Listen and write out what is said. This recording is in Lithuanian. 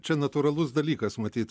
čia natūralus dalykas matyt